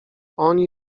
oni